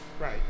Right